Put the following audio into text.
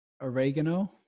oregano